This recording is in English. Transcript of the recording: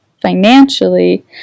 financially